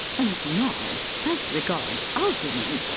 and now, as regards algernon.